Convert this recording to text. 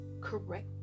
correct